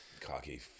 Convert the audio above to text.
Cocky